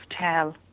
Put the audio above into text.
tell